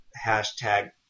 hashtag